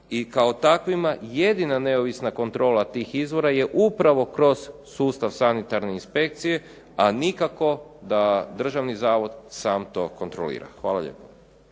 i kao takvima jedina neovisna kontrola tih izvora je upravo kroz sustav sanitarne inspekcije, a nikako da državni zavod sam to kontrolira. Hvala lijepo.